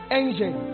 angel